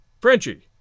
Frenchy